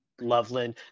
Loveland